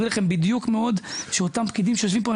לכם בדיוק רב שאותם פקידים שיושבים פה,